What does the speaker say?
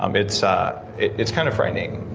um it's ah it's kind of frightening.